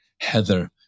heather